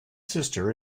sister